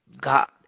God